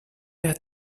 der